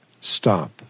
stop